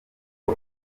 uko